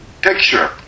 picture